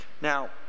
Now